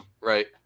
right